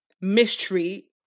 mistreat